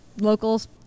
locals